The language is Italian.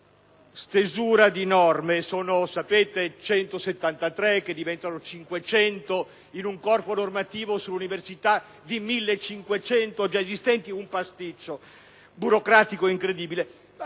stesura di norme (come sapete, sono 173 che diventano 500 in un corpo normativo sull’universita di 1.500 giaesistenti: dunque, un pasticcio burocratico incredibile),